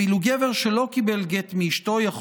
ואילו גבר שלא קיבל גט מאשתו יכול